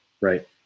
Right